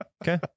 Okay